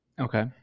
Okay